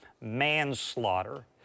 manslaughter